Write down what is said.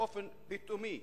באופן פתאומי,